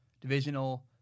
divisional